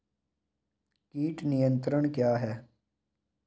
कीट नियंत्रण क्या है?